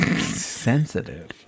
sensitive